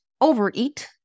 overeat